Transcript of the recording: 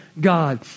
God